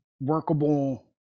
workable